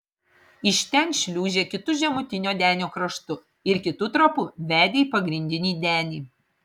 iš ten šliūžė kitu žemutinio denio kraštu ir kitu trapu vedė į pagrindinį denį